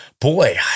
Boy